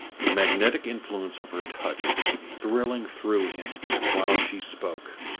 the magnetic influence of her touch was thrilling through him while she spoke.